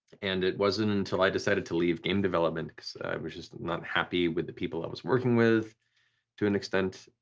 and it wasn't until i decided to leave game development cause i was just not happy with the people i was working with to an extent,